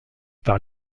par